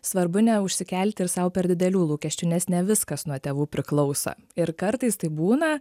svarbu neužsikelti ir sau per didelių lūkesčių nes ne viskas nuo tėvų priklauso ir kartais tai būna